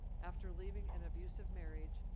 after leaving an abusive marriage,